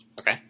Okay